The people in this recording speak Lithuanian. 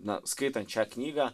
na skaitant šią knygą